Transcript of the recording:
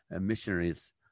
missionaries